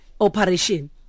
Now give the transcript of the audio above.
operation